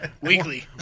Weekly